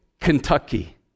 Kentucky